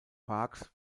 parkes